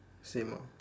same lor